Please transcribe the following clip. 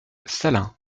salins